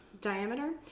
diameter